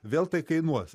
vėl tai kainuos